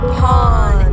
pawn